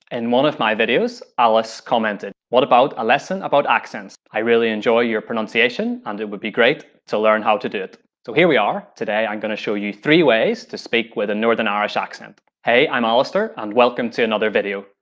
and one of my videos, alice commented what about a lesson about accents? i really enjoy your pronunciation and it would be great to learn how to do it. so here we are! today, i'm gonna show you three ways to speak with a northern irish accent. hey, i'm alister and welcome to another video.